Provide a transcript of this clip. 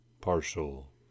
partial